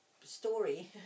story